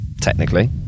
technically